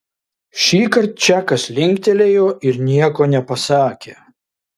šįkart čakas linktelėjo ir nieko nepasakė